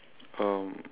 um